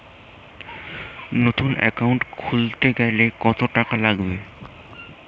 নতুন একাউন্ট খুলতে গেলে কত টাকা লাগবে?